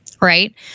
Right